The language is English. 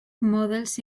models